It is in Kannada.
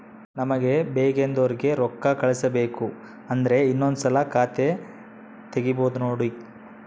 ನಮಗೆ ಬೇಕೆಂದೋರಿಗೆ ರೋಕ್ಕಾ ಕಳಿಸಬೇಕು ಅಂದ್ರೆ ಇನ್ನೊಂದ್ಸಲ ಖಾತೆ ತಿಗಿಬಹ್ದ್ನೋಡು